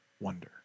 wonder